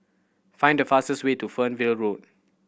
find the fastest way to Fernvale Road